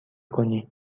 کنی